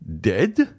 Dead